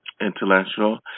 intellectual